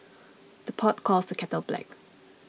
the pot calls the kettle black